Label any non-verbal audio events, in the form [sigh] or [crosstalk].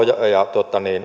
[unintelligible] ja